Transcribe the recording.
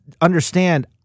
understand